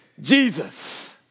Jesus